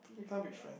we can't be friend